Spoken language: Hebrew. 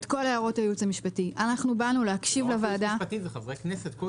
זה לא ייעוץ משפטי, זה גם חברי כנסת.